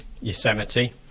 Yosemite